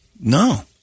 No